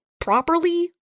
properly